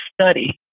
study